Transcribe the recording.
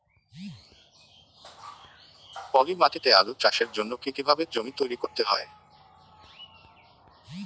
পলি মাটি তে আলু চাষের জন্যে কি কিভাবে জমি তৈরি করতে হয়?